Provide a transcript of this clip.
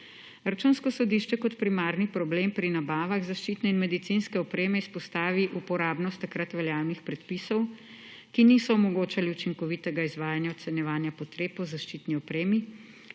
Računsko sodišče kot primarni problem pri nabavah zaščitne in medicinske opreme izpostavi uporabnost takrat veljavnih predpisov, ki niso omogočali učinkovitega izvajanja ocenjevanja potreb po zaščitni opremi,